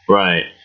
right